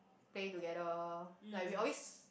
play together like we always